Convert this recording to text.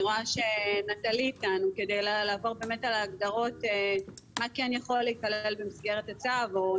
אני רואה שנטלי אתנו כדי לעבור על ההגדרות מה יכול להיכלל במסגרת הצו.